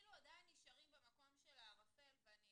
אנחנו עדיין נשארים במקום של הערפל ואני